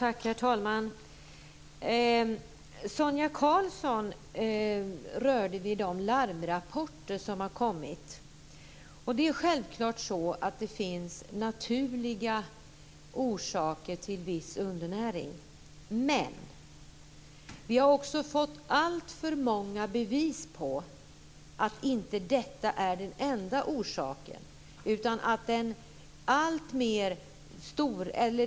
Herr talman! Sonia Karlsson rörde vid de larmrapporter som har kommit. Självklart finns det naturliga orsaker till viss undernäring. Men vi har också fått alltför många bevis på att inte detta är den enda orsaken.